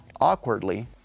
awkwardly